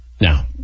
Now